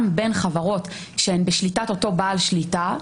בין חברות כשהן בשליטת אותו בעל שליטה,